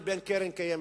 ה-31 בראשות קדימה.